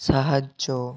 সাহায্য